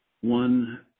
one